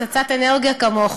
פצצת אנרגיה כמוך,